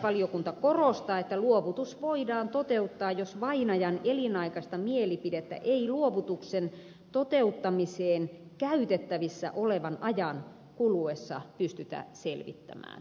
valiokunta korostaa että luovutus voidaan toteuttaa jos vainajan elinaikaista mielipidettä ei luovutuksen toteuttamiseen käytettävissä olevan ajan kuluessa pystytä selvittämään